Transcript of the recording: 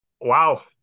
Wow